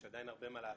יש עדיין הרבה מה לעשות.